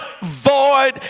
void